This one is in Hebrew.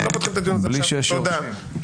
תודה.